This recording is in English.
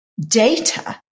Data